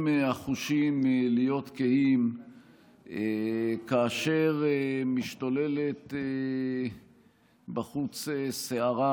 החושים להיות קהים כאשר משתוללת בחוץ סערה,